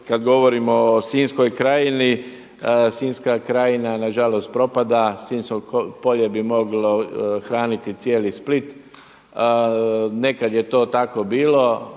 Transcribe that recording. kada govorimo o Sinjskoj krajini, Sinjska krajina nažalost propada, Sinjsko polje bi moglo hraniti cijeli Split. Nekada je to tako bilo.